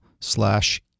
slash